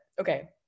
Okay